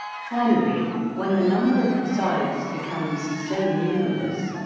finally when the number of the sides becomes so numerous,